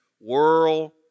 world